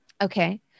Okay